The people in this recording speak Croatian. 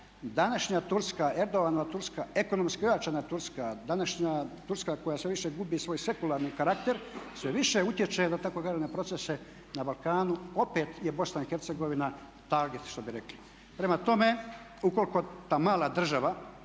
današnja turska, Erdoganova Turska, ekonomski ojačana Turska, današnja Turska koja sve više gubi svoj sekularni karakter sve više utječe da tako kažem na procese na Balkanu, opet je Bosna i Hercegovina target što bi rekli. Prema tome ukoliko ta mala država